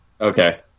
Okay